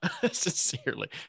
sincerely